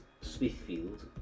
Smithfield